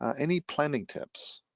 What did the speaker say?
any planning tips?